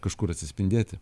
kažkur atsispindėti